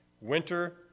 winter